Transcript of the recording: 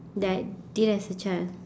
that I did as a child